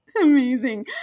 Amazing